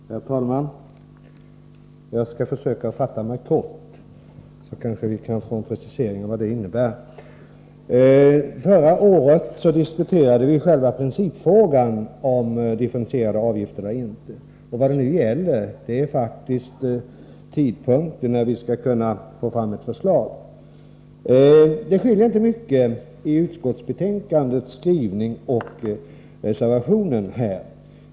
Herr talman! Jag skall försöka fatta mig kort, så att vi kanske kan få en precisering av vad den här skrivningen innebär. Förra året diskuterade vi själva principfrågan om huruvida man skall ha differentierade avgifter eller inte. Vad det nu gäller är faktiskt frågan om vid vilken tidpunkt ett förslag skall kunna läggas fram. Det är inte mycket som skiljer mellan utskottets skrivning och reservationerna.